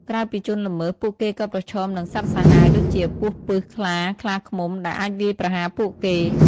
ក្រៅពីជនល្មើស ពួកគេក៏ប្រឈមនឹង សត្វសាហាវ ដូចជាពស់ពិស ខ្លា ខ្លាឃ្មុំ ដែលអាចវាយប្រហារពួកគេ។